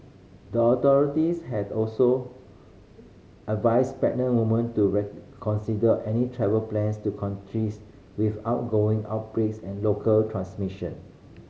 the authorities had also advised pregnant woman to reconsider any travel plans to countries with ongoing outbreaks and local transmission